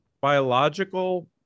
biological